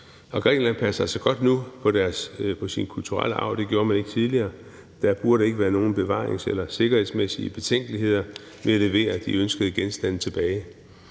Grækenland passer altså godt på sin kulturelle arv nu – det gjorde man ikke tidligere – og der burde ikke være nogen bevaringsmæssige eller sikkerhedsmæssige betænkeligheder ved at levere de ønskede genstande tilbage.